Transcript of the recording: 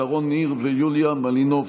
שרון ניר ויוליה מלינובסקי.